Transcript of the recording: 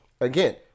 Again